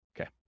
Okay